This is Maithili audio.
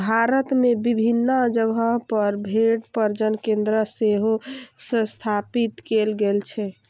भारत मे विभिन्न जगह पर भेड़ प्रजनन केंद्र सेहो स्थापित कैल गेल छै